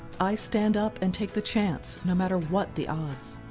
i stand up and take the chance no matter what the odds.